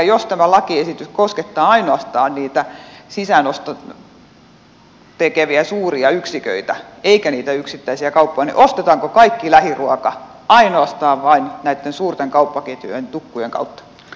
jos tämä lakiesitys koskettaa ainoastaan niitä sisäänostoja tekeviä suuria yksiköitä eikä niitä yksittäisiä kauppoja niin ostetaanko kaikki lähiruoka ainoastaan näitten suurten kauppaketjujen tukkujen kautta